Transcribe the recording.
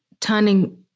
turning